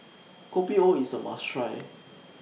Kopi O IS A must Try